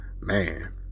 Man